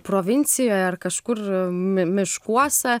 provincijoje ar kažkur mi miškuose